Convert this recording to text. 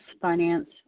finance